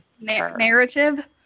narrative